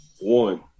One